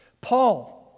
Paul